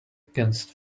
against